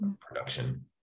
production